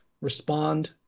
respond